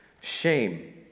Shame